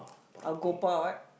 Agopa what